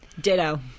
Ditto